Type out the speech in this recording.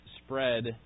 Spread